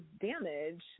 damage